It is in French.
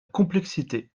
complexité